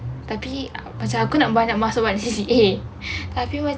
tapi macam aku nak banyak masuk Y_M_C_A tapi macam